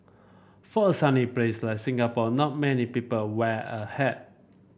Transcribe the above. for a sunny place like Singapore not many people wear a hat